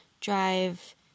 drive